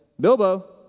Bilbo